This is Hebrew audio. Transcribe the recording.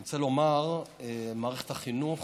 אני רוצה לומר שמערכת החינוך